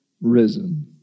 risen